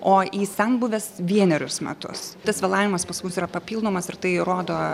o į senbuves vienerius metus tas vėlavimas pas mus yra papildomas ir tai rodo